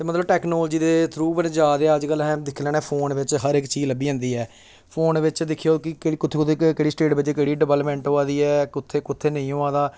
ते मतलब टेक्नोलॉजी दे थ्रू बड़े जा दे अज्ज कल ऐहें दिक्खी लैन्ने आं फोन बिच हर इक चीज लब्भी जंदी ऐ फोन बिच दिक्खेओ कि कु'त्थें कु'त्थें केह्ड़ी स्टेट बिच केह्ड़ी डवेलपमेंट होआ दी ऐ कु'त्थें कु'त्थें नेईं होआ दा